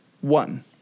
one